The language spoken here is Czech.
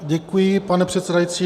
Děkuji, pane předsedající.